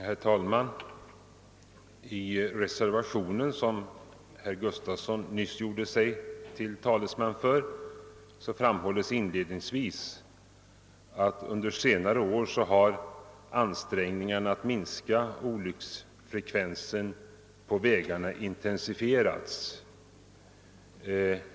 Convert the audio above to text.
Herr talman! I reservationen, som herr Gustafson i Göteborg nyss gjorde sig till talesman för, framhålles inledningsvis att under senare år ansträngningarna att minska olycksfrekvensen på vägarna har intensifierats.